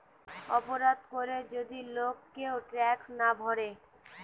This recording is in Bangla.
অপরাধ করে যদি লোক কেউ ট্যাক্স না ভোরে